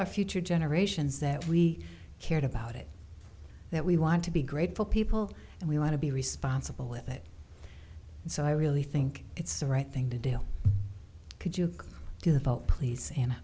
our future generations that we cared about it that we want to be grateful people and we want to be responsible with it and so i really think it's the right thing to deal could you do the felt please and